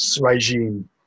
regime